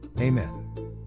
Amen